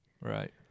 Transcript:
right